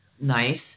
Nice